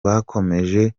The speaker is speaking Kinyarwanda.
bakomeje